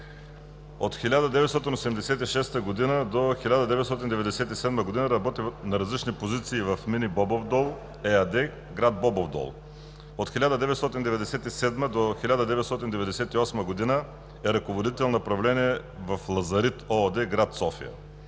От 1986 г. до 1997 г. работи на различни позиции в „Мини Бобов дол“ ЕАД – град Бобов дол. От 1997 г. до 1998 г. е ръководител направление в „Лазарит“ ЕООД – град София.